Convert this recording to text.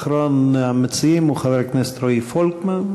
אחרון המציעים הוא חבר הכנסת רועי פולקמן,